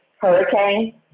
hurricane